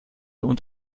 und